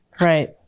right